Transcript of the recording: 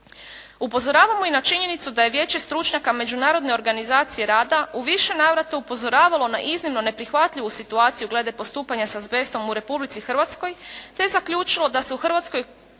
Upozoravamo i na činjenicu da je Vijeće stručnjaka Međunarodne organizacije rada u više navrata upozoravalo na iznimno neprihvatljivu situaciju glede postupanja s azbestom u Republici Hrvatskoj te zaključilo da se u Hrvatskoj